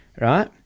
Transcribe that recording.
right